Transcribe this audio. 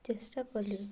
ଚେଷ୍ଟା କଲି